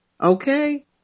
Okay